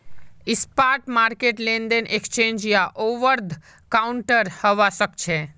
spot market लेनदेन exchange या over the counter हवा सक्छे